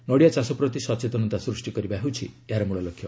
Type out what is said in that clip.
ନଡ଼ିଆ ଚାଷ ପ୍ରତି ସଚେତନତା ସୃଷ୍ଟି କରିବା ହେଉଛି ଏହାର ମୂଳ ଲକ୍ଷ୍ୟ